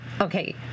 Okay